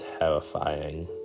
terrifying